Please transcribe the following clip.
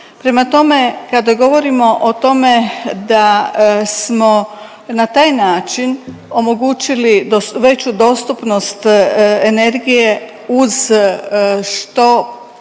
Prema tome, kada govorimo o tome da smo na taj način omogućili dost… veću dostupnost energije uz što